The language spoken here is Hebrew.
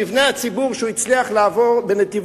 מבני הציבור שהוא הצליח בנתיבות,